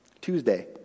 Tuesday